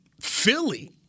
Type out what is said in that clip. Philly